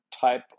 type